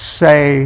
say